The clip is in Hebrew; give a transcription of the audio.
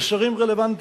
לשרים רלוונטיים,